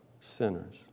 sinners